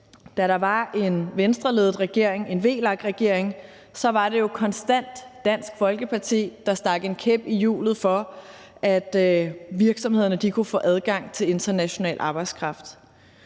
da der var en Venstreledet regering, VLAK-regeringen, var det jo konstant Dansk Folkeparti, der stak en kæp i hjulet for, at virksomhederne kunne få adgang til international arbejdskraft.